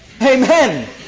Amen